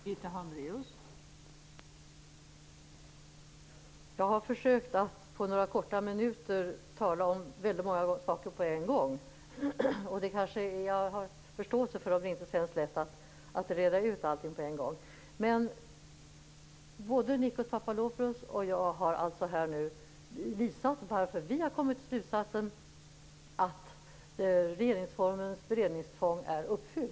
Fru talman! Jag har försökt att på några korta minuter tala om väldigt många saker på en gång, och jag har förståelse om det inte känns lätt reda ut allting på en gång. Både Nikos Papadopoulos och jag har här visat varför vi har kommit till slutsatsen att regeringsformens beredningstvång är uppfyllt.